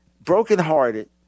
brokenhearted